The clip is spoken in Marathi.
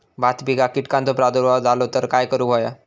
भात पिकांक कीटकांचो प्रादुर्भाव झालो तर काय करूक होया?